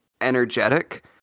energetic